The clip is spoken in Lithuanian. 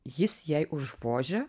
jis jai užvožia